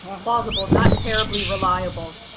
plausible not terribly reliable.